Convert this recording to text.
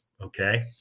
okay